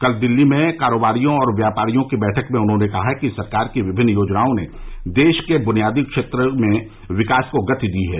कल दिल्ली में कारोबारियों और व्यापारियों की बैठक में उन्होंने कहा कि सरकार की विभिन्न योजनाओं ने देश के बुनियादी क्षेत्र में विकास को गति दी है